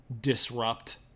disrupt